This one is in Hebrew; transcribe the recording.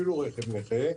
אפילו רכב נכה,